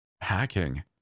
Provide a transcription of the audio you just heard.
Hacking